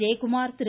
Jayakumar Thiru